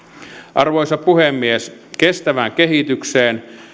arvoisa puhemies kestävään kehitykseen